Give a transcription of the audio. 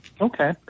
Okay